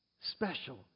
Special